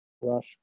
Rush